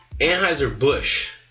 Anheuser-Busch